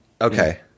okay